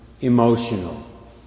emotional